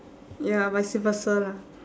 ya vice versa lah